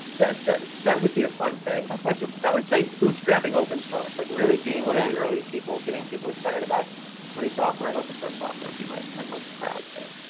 that that would be a fun thing. that's awesome. i would say bootstrapping open source. like, really being one of the early people getting people excited about free software and open source software would be my my most proud thing.